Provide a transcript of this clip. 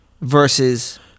versus